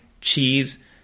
cheese